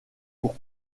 pour